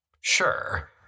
Sure